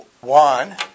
One